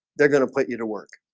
they're gonna put you to work